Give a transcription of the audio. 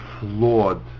flawed